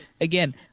again